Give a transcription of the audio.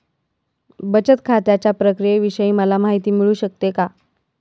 बचत खात्याच्या प्रक्रियेविषयी मला माहिती मिळू शकते का?